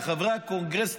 לחברי הקונגרס,